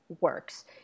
works